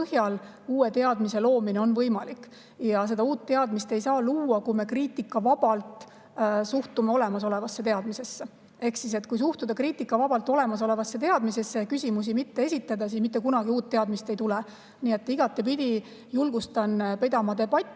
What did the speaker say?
põhjal uue teadmise loomine on võimalik. Ja uut teadmist ei saa luua, kui me kriitikavabalt suhtume olemasolevasse teadmisesse. Ehk kui suhtuda kriitikavabalt olemasolevasse teadmisesse ja küsimusi mitte esitada, siis mitte kunagi uut teadmist ei tule. Nii et igatepidi julgustan pidama